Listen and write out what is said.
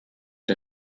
der